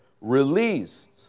released